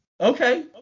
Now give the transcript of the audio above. okay